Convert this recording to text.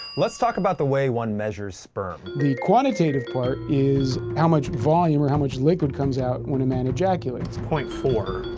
let's talk about the way one measures sperm. the quantitative part is how much volume, or how much liquid comes out when a man ejaculates. point four.